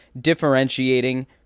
differentiating